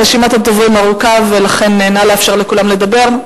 רשימת הדוברים ארוכה, ולכן נא לאפשר לכולם לדבר.